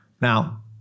Now